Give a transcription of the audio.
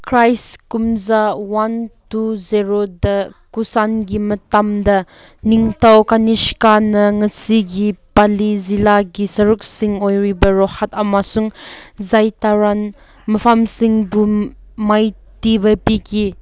Christ ꯀꯨꯝꯖꯥ one two ꯖꯦꯔꯣꯗ ꯀꯨꯁꯥꯟꯒꯤ ꯃꯇꯝꯗ ꯅꯤꯡꯊꯧ ꯀꯅꯤꯁꯀꯥꯅ ꯉꯁꯤꯒꯤ ꯄꯥꯂꯤ ꯖꯤꯜꯂꯥꯒꯤ ꯁꯔꯨꯛꯁꯤꯡ ꯑꯣꯏꯔꯤꯕ ꯔꯣꯍꯠ ꯑꯃꯁꯨꯡ ꯖꯩꯇꯔꯟ ꯃꯐꯝꯁꯤꯡꯕꯨ ꯃꯥꯏꯊꯤꯕ ꯄꯤꯈꯤ